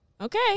Okay